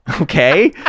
okay